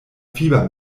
fieber